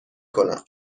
کنم